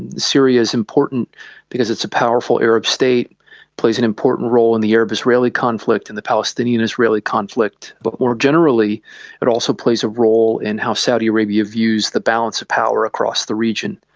syria is important because it's a powerful arab state, it plays an important role in the arab-israeli conflict, in the palestinian-israeli conflict. but more generally it also plays a role in how saudi arabia views the balance of power across the region.